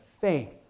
faith